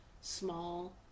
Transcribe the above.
small